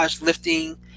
lifting